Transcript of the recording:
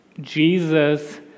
Jesus